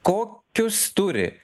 kokius turi